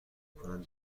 کنم